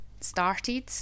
started